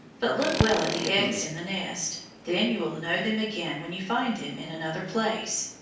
but look well at the eggs in the nest. then you will know them again when you find them in another place.